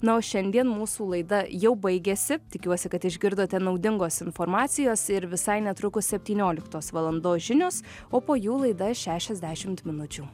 na o šiandien mūsų laida jau baigėsi tikiuosi kad išgirdote naudingos informacijos ir visai netrukus septynioliktos valandos žinios o po jų laida šešiasdešimt minučių